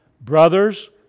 Brothers